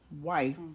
wife